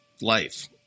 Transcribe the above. life